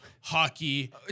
hockey